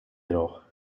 jedoch